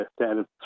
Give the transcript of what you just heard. standard